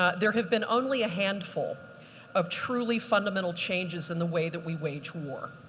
ah there have been only a handful of truly fundamental changes in the way that we wage war,